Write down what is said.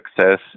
success